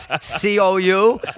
C-O-U